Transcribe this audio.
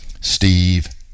steve